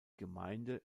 gemeinde